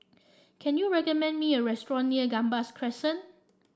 can you recommend me a restaurant near Gambas Crescent